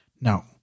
Now